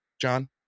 John